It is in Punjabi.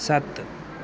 ਸੱਤ